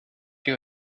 you